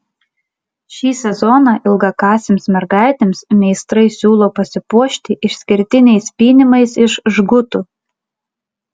šį sezoną ilgakasėms mergaitėms meistrai siūlo pasipuošti išskirtiniais pynimais iš žgutų